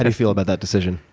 and feel about that decision?